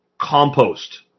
compost